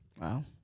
Wow